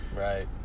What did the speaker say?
Right